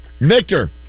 Victor